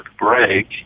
break